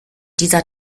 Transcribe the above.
dieser